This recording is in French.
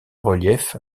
relief